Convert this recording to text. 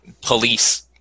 police